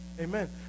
amen